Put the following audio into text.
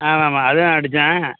ஆமாம் ஆமாம் அதுவும் அடித்தேன்